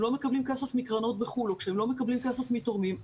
לא מקבלים כסף מקרנות בחוץ לארץ או כשהם לא מקבלים כסף מתורמים,